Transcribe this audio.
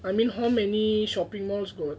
I mean how many shopping malls got